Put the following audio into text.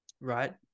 right